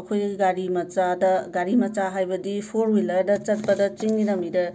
ꯑꯩꯈꯣꯏ ꯒꯥꯔꯤ ꯃꯆꯥꯗ ꯒꯥꯔꯤ ꯃꯆꯥ ꯍꯥꯏꯕꯗꯤ ꯐꯣꯔ ꯋꯤꯂꯔꯗ ꯆꯠꯄꯗ ꯆꯤꯡꯒꯤ ꯂꯝꯕꯤꯗ